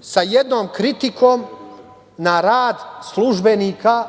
sa jednom kritikom na rad službenika,